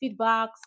feedbacks